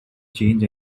change